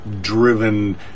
driven